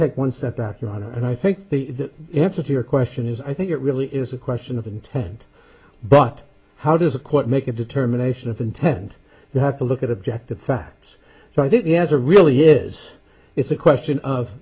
take one step back yonder and i think the answer to your question is i think it really is a question of intent but how does a court make a determination of intent you have to look at objective facts so i think he has a really is it's a question of